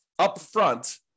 upfront